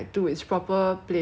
then I was like what the hell